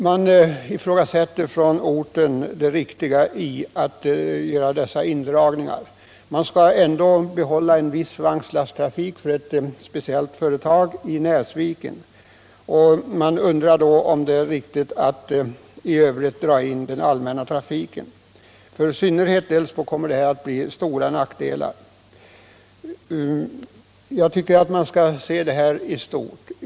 Man ifrågasätter på orten det riktiga i att göra dessa indragningar. En viss vagnslasttrafik skall ändå bibehållas för ett speciellt företag i Näsviken. Man undrar därför om det är riktigt och lönsamt att i övrigt dra in den allmänna trafiken. I synnerhet för Delsbo kommer det att bli stora nackdelar. Jag tycker att man skall se denna fråga i stort.